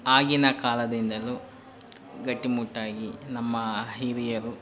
ಆಗಿನ ಕಾಲದಿಂದಲು ಗಟ್ಟಿಮುಟ್ಟಾಗಿ ನಮ್ಮ ಹಿರಿಯರು